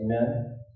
Amen